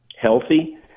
healthy